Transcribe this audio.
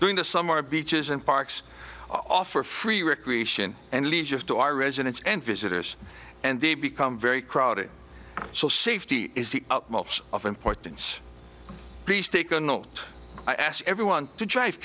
during the summer beaches and parks offer free recreation and leisure to our residents and visitors and they become very crowded so safety is the most of importance take a note i asked everyone to drive